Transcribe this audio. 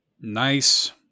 Nice